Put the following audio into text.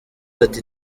ati